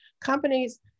companies